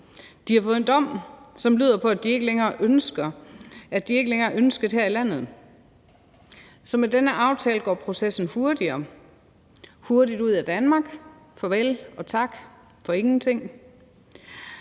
De har fået en dom, som lyder på, at de ikke længere er ønskede her i landet, så med denne aftale går processen hurtigere: Hurtigt ud af Danmark, farvel og tak for ingenting.